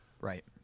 Right